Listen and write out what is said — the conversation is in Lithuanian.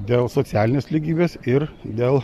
dėl socialinės lygybės ir dėl